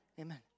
amen